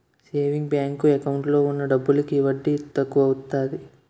saving bank account లో ఉన్న డబ్బులకి వడ్డీ తక్కువత్తాది